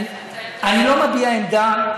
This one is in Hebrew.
אני לא מביע עמדה,